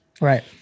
Right